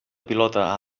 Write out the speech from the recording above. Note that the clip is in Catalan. pilota